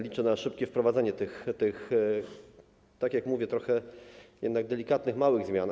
Liczę na szybkie wprowadzenie tych, tak jak mówię, trochę jednak delikatnych, małych zmian.